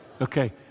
Okay